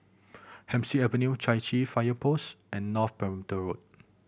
Hemsley Avenue Chai Chee Fire Post and North Perimeter Road